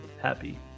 happy